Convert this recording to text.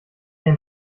ein